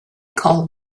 called